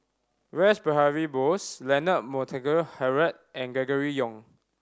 Rash Behari Bose Leonard Montague Harrod and Gregory Yong